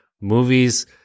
Movies